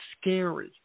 scary